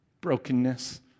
brokenness